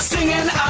Singing